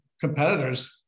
competitors